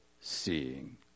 seeing